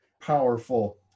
powerful